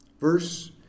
Verse